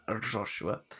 Joshua